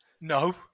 No